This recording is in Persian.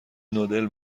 نودل